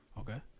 okay